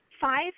five